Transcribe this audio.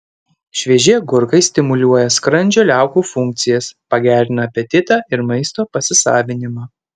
švieži agurkai stimuliuoja skrandžio liaukų funkcijas pagerina apetitą ir maisto pasisavinimą